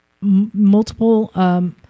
multiple